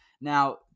Now